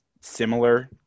similar